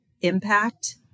impact